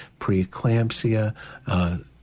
preeclampsia